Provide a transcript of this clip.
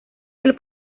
del